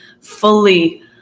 fully